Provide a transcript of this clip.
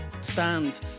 stand